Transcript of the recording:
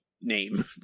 name